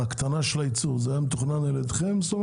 ההקטנה של הייצור הייתה מתוכננת על ידכם?